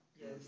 Yes